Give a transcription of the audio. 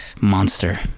monster